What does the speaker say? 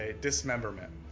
Dismemberment